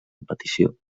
competició